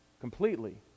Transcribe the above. completely